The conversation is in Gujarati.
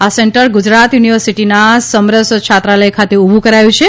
આ સેન્ટર ગુજરાત યુનિવર્સિટીના સમરસ છાત્રાલય ખાતે ઊભું કરાયું છે